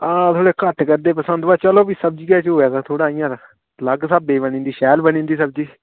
हां थोह्ड़े घट्ट करदे पसंद बा चलो बी सब्जियै च होऐ ते थोह्ड़ा अलग स्हाबै च बनी जंदी शैल बनी जंदी सब्जी